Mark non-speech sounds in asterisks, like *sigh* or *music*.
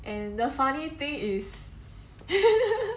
and the funny thing is *laughs*